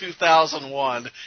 2001